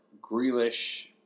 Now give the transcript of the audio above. Grealish